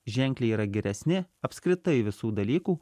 ženkliai yra geresni apskritai visų dalykų